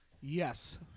Yes